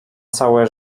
całe